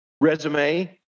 Resume